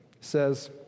says